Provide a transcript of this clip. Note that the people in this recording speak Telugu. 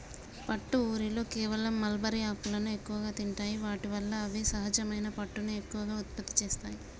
పట్టు ఊరిలో కేవలం మల్బరీ ఆకులను ఎక్కువగా తింటాయి వాటి వల్ల అవి సహజమైన పట్టుని ఎక్కువగా ఉత్పత్తి చేస్తాయి